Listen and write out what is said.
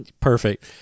Perfect